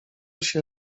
się